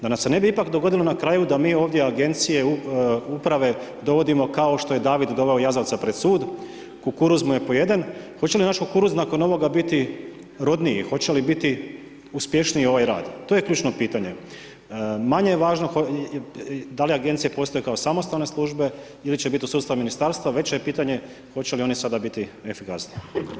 Da nam se ipak ne bi dogodilo na kraju da mi ovdje Agencije uprave dovodimo kao što je David doveo jazavca pred sud, kukuruz mu je pojeden, hoće li naš kukuruz nakon ovoga biti rodniji, hoće li biti uspješniji ovaj rad, to je ključno pitanje, manje je važno da li Agencije postoje kao samostalne službe ili će biti u sustavu Ministarstva, veće je pitanje hoće li one sada biti efikasnije.